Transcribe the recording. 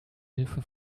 hilfe